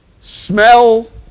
Smell